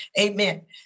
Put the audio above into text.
Amen